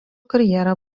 karjerą